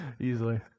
easily